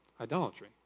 Idolatry